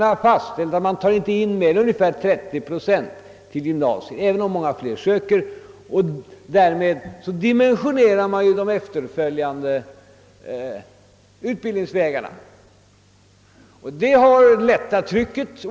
Man har fastställt att man inte tar in mer än 30 procent av en årskull studerande till gymnasierna, även om många fler söker dit, och därmed dimensionerar man de efterföljande utbildningsvägarna. Detta har lättat trycket på dessa.